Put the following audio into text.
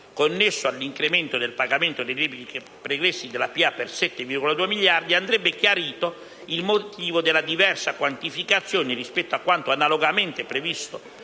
connesso all'incremento del pagamento dei debiti pregressi della pubblica amministrazione per 7,2 miliardi, andrebbe chiarito il motivo della diversa quantificazione rispetto a quanto analogamente previsto